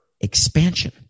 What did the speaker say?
expansion